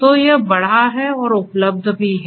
तो यह बढ़ा है और उपलब्ध भी है